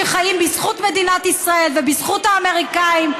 שחיים בזכות מדינת ישראל ובזכות האמריקנים,